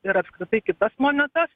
ir apskritai kitas monetas